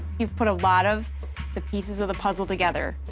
you put a lot of the pieces of the puzzle together,